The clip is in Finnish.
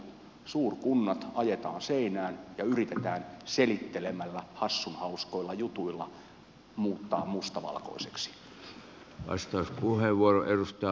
suurkunnat ajetaan seinään ja yritetään selittelemällä hassunhauskoilla jutuilla muuttaa musta valkoiseksi